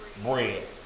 bread